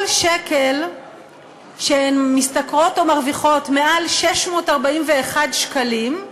כל שקל שהן משתכרות או מרוויחות מעל 641 שקלים,